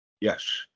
Yes